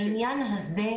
לעניין הזה,